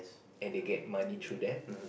and they get money through that